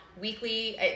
Weekly